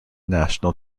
national